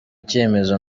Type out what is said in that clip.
icyemezo